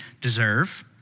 deserve